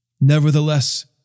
Nevertheless